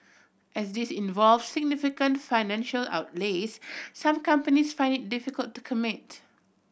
as these involve significant financial outlays some companies find it difficult to commit